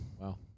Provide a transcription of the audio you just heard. Wow